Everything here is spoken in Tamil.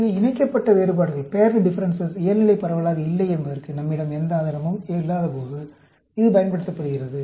எனவே இணைக்கப்பட்ட வேறுபாடுகள் இயல்நிலை பரவலாக இல்லை என்பதற்கு நம்மிடம் எந்த ஆதாரமும் இல்லாதபோது இது பயன்படுத்தப்படுகிறது